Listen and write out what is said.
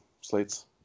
slates